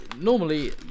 normally